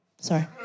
Sorry